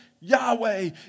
Yahweh